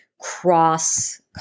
cross